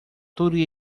torre